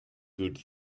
good